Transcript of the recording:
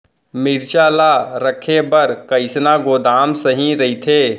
मिरचा ला रखे बर कईसना गोदाम सही रइथे?